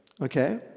Okay